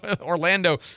orlando